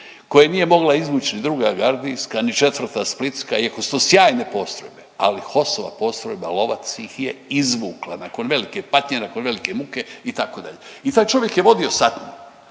koje nije mogla izvući ni druga gardijska, ni četvrta splitska iako su to sjajne postrojbe, ali HOS-ova postrojba Lovac ih je izvukla nakon velike patnje, nakon velike muke itd. I taj čovjek je vodio satniju.